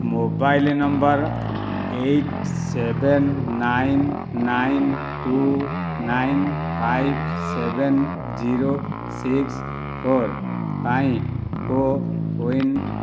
mobile number eight seven nine nine two nine five seven zero six four ପାଇଁ କୋ win